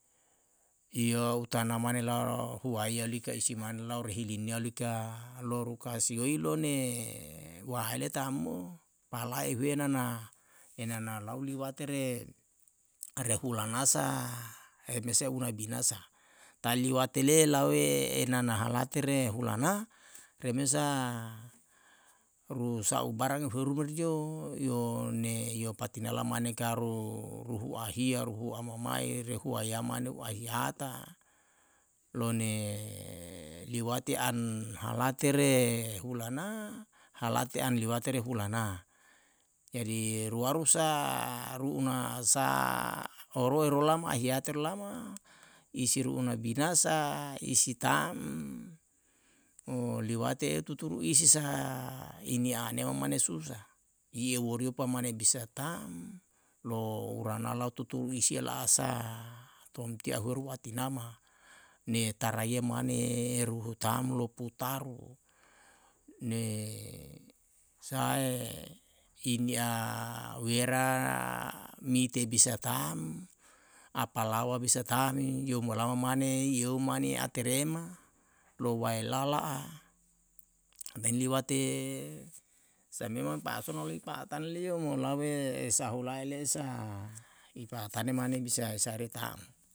Iyau tana mane lau huaia lika isi mane lau rehi linia lika loru kasioi lone waele ta'm mo pala ehue nana e nana lau liwate re hulana sa e mesae unae binasa taliwate le laue e nana halate re hulana remesa ru sa'u barang ehu eru menio iyo ne iyo patinala mane karu ruhu ahia ruhu ama mae rehua ya mane u ahiata, lone liwate an hala tere hulana halate an liwate re hulana. jadi ruaru sa ru'una sa oro ero lama ahiteru lama isiru una binasa isi ta'm mo liwate tuturu isi sa i ni aneo mane susah i eu worio pamane bisa ta'm lo urana lau tuturu isie lasa tontia hueru a tinama ne taraye mane eru hu tamlo putaru ne sahae in ya wera mite bisa ta'm apalawa bisa tam iyo molama mane i eu mane a terema lou waelala'a men liwate sae me mam pa'ason nau lei pa'atan leiyo mo lau esahulae le'e sa i pa'atane mane bisa i sare ta'm